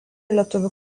lietuvių